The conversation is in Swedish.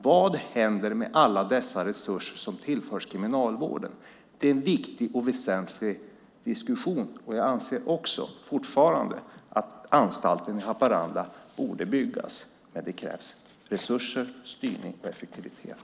Vad händer med alla dessa resurser som tillförs Kriminalvården? Det är en viktig och väsentlig diskussion. Jag anser också fortfarande att anstalten i Haparanda borde byggas. Men det krävs resurser, styrning och effektivitet.